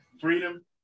Freedom